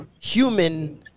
human